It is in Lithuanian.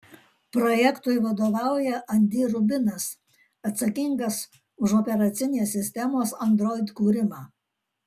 projektui vadovauja andy rubinas atsakingas už operacinės sistemos android kūrimą